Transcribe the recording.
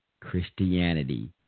Christianity